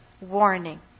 warning